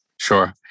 Sure